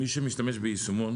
מי שמשתמש בישומון